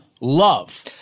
love